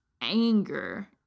anger